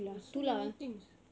you got so many things